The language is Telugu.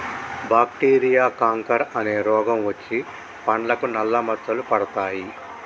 బాక్టీరియా కాంకర్ అనే రోగం వచ్చి పండ్లకు నల్ల మచ్చలు పడతాయి